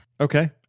Okay